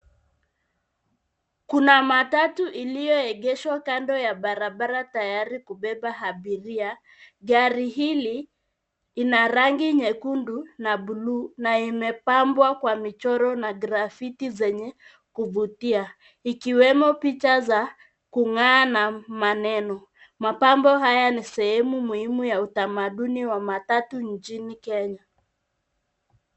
Kuna matatu iliyoegeshwa kando ya barabara tayari kubeba abiria, gari hili ina rangi nyekundu na buluu na imepambwa kwa michoro na graffiti zenye kuvutia ikiwemo picha za kungaa na maneno ,mapambo haya ni sehemu muhimu ya utamaduni wa matatu nchini Kenya.